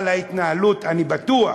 אבל ההתנהלות, אני בטוח,